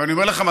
ואני אומר לכם,